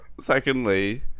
secondly